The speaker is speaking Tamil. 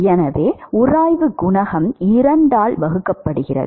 எனவே உராய்வு குணகம் 2 ஆல் வகுக்கப்படுகிறது